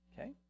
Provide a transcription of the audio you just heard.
okay